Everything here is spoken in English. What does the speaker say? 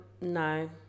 no